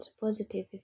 positive